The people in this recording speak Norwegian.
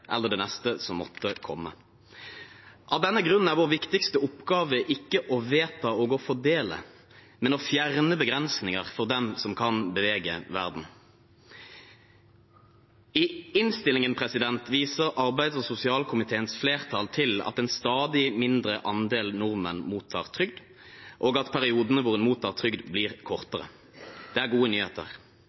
eller det neste som måtte komme. Av denne grunnen er vår viktigste oppgave ikke å vedta og å fordele, men å fjerne begrensninger for dem som kan bevege verden. I innstillingen viser arbeids- og sosialkomiteens flertall til at en stadig mindre andel nordmenn mottar trygd, og at periodene hvor en mottar trygd, blir kortere. Det er gode nyheter.